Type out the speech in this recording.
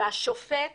השופט